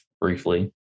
briefly